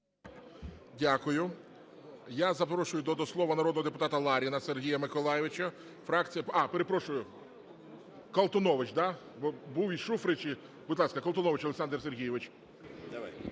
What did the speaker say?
Дякую. Я запрошую до слова народного депутата Ларіна Сергія Миколайовича, фракція… А! Перепрошую. Колтунович, да? Бо був і Шуфрич і… Будь ласка, Колтунович Олександр Сергійович.